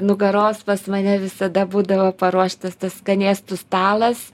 nugaros pas mane visada būdavo paruoštas tas skanėstų stalas